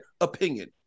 opinion